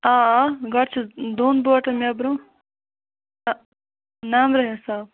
آ گۄڈٕ چھِ دۄن بوٹَن مےٚ برونٛہہ نمبرٕ حِساب